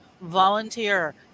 Volunteer